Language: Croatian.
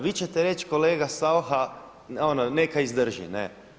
Vi ćete reći kolega Saucha ono neka izdrži ne.